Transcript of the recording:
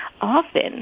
often